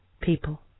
people